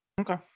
Okay